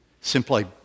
simply